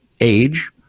age